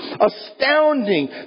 astounding